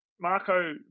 Marco